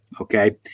Okay